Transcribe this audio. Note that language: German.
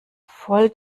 voll